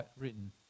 written